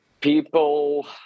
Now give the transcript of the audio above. people